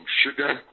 sugar